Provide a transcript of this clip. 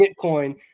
Bitcoin